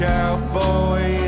Cowboy